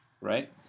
right